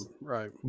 right